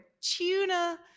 tuna